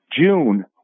june